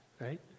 right